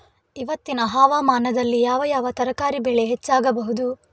ಇವತ್ತಿನ ಹವಾಮಾನದಲ್ಲಿ ಯಾವ ಯಾವ ತರಕಾರಿ ಬೆಳೆ ಹೆಚ್ಚಾಗಬಹುದು?